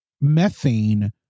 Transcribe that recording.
methane